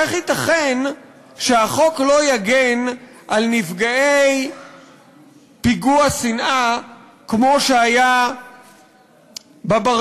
איך ייתכן שהחוק לא יגן על נפגעי פיגוע שנאה כמו שהיה ב"בר-נוער"